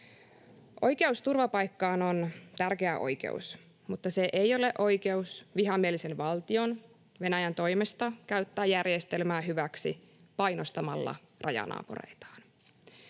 Oikeus turvapaikkaan on tärkeä oikeus, mutta se ei ole oikeus vihamielisen valtion, Venäjän, toimesta käyttää järjestelmää hyväksi painostamalla rajanaapureitaan.